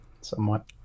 somewhat